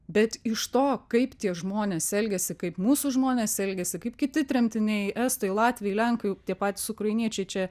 bet iš to kaip tie žmonės elgiasi kaip mūsų žmonės elgiasi kaip kiti tremtiniai estai latviai lenkai tie patys ukrainiečiai čia